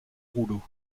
rouleaux